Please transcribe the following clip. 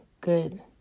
good